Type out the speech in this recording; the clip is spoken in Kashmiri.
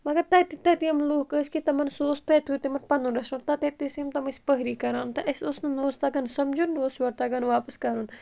مگر تَتہِ تَتہِ یِم لوٗکھ ٲسۍ کہِ تِمَن سُہ اوس تَتہِ وُرۍ تِمَن پَنُن رٮ۪سٹرٛانٛٹ ٲسۍ یِم تِم ٲسۍ پٔہری کَران تہٕ اَسہِ اوس نہٕ نہ اوس تَگان سَمجھُن نہ اوس یورٕ تَگان واپَس کَرُن